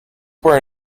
were